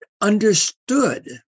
understood